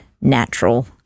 natural